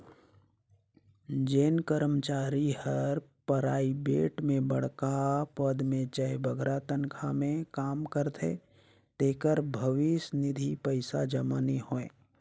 जेन करमचारी हर पराइबेट में बड़खा पद में चहे बगरा तनखा में काम करथे तेकर भविस निधि पइसा जमा नी होए